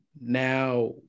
Now